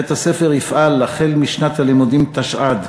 בית-הספר יפעל החל משנת הלימודים תשע"ד